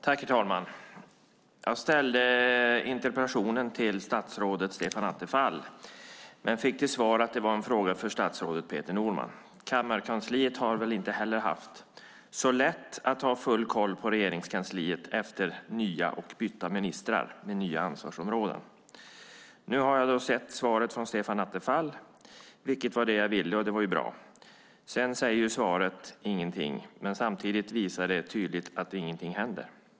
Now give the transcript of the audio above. Herr talman! Jag ställde interpellationen till statsrådet Stefan Attefall men fick till svar att det var en fråga för statsrådet Peter Norman. Kammarkansliet har väl inte haft så lätt att ha full koll på Regeringskansliet efter nya och bytta ministrar med nya ansvarsområden. Nu har jag hört svaret från Stefan Attefall, vilket var det jag ville, och det var ju bra. Sedan säger svaret ingenting och visar tydligt att ingenting händer.